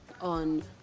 on